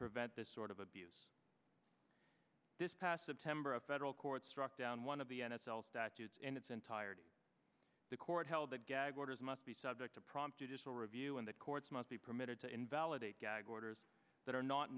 prevent this sort of abuse this past september a federal court struck down one of the n f l statutes in its entirety the court held that gag orders must be subject to prompt additional review and that courts must be permitted to invalidate gag orders that are not